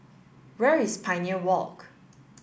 where is Pioneer Walk